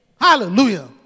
Hallelujah